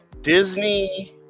Disney